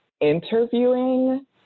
interviewing